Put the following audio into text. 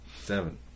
Seven